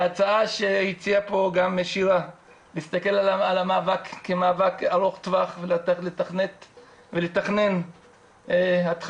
ההצעה שהציעה כאן שירה להסתכל על המאבק כמאבק ארוך טווח ולתכנן התחלה,